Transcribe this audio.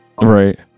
right